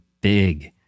big